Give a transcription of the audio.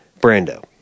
Brando